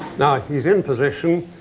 now he's in position,